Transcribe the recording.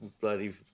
bloody